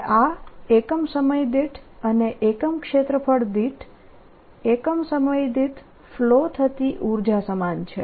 અને આ એકમ સમય દીઠ અને એકમ ક્ષેત્રફળ દીઠ એકમ સમય દીઠ ફ્લો થતી ઉર્જા સમાન છે